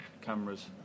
cameras